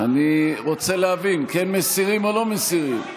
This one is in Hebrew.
אני רוצה להבין, כן מסירים או לא מסירים?